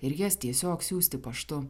ir jas tiesiog siųsti paštu